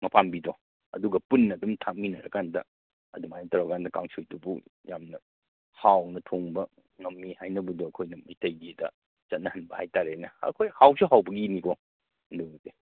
ꯃꯄꯥꯝꯕꯤꯗꯣ ꯑꯗꯨꯒ ꯄꯨꯟꯅ ꯑꯗꯨꯝ ꯊꯥꯛꯃꯤꯟꯅꯔꯀꯥꯟꯗ ꯑꯗꯨꯃꯥꯏ ꯇꯧꯔ ꯀꯥꯟꯗ ꯀꯥꯡꯁꯣꯏꯗꯨꯕꯨ ꯌꯥꯝꯅ ꯍꯥꯎꯅ ꯊꯣꯡꯕ ꯉꯝꯃꯤ ꯍꯥꯏꯅꯕꯗꯣ ꯑꯩꯈꯣꯏꯅ ꯃꯩꯇꯩꯒꯤꯗ ꯆꯠꯅꯍꯟꯕ ꯍꯥꯏ ꯇꯥꯔꯦꯅꯦ ꯑꯩꯈꯣꯏ ꯍꯥꯎꯁꯨ ꯍꯥꯎꯕꯒꯤꯅꯤꯀꯣ ꯑꯗꯨꯕꯨꯗꯤ